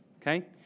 okay